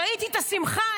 ראיתי את השמחה,